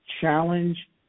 Challenge